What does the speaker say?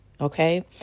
Okay